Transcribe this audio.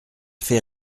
fait